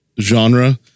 genre